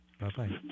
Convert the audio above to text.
Bye-bye